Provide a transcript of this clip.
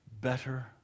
better